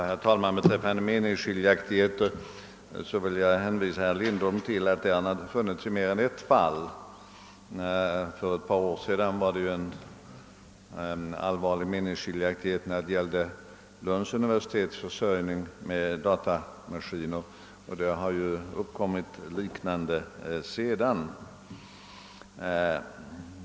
Herr talman! Jag vill påpeka för herr Lindholm att meningsskiljaktigheter funnits i mer än ett fall. För ett par år sedan var det en allvarlig meningsskiljaktighet beträffande Lunduniversitetets försörjning med datamaskiner. Liknande meningsskiljaktigheter har även därefter förekommit.